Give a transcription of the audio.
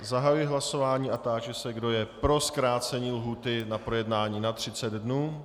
Zahajuji hlasování a táži se, kdo je pro zkrácení lhůty na projednání na 30 dnů.